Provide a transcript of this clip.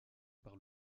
par